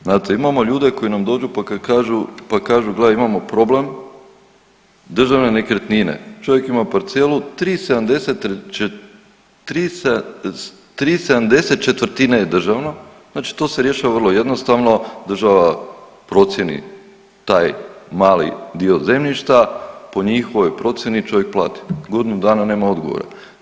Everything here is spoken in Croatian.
Znate imamo ljude koji nam dođu pa kad kažu, pa kažu gle imamo problem državne nekretnine, čovjek ima parcelu 3,70 3,70 četvrtine je državno, znači to se rješava vrlo jednostavno, država procijeni taj mali dio zemljišta, po njihovoj procjeni čovjek plati, godinu dana nema odgovora.